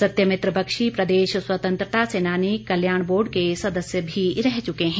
सत्यमित्र बख्शी प्रदेश स्वतंत्रता सेनानी कल्याण बोर्ड के सदस्य भी रह चुके हैं